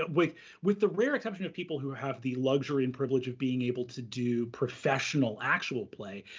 but with with the rare exception of people who have the luxury and privilege of being able to do professional actual play,